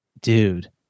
Dude